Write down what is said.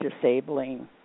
disabling